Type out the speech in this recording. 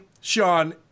Sean